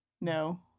No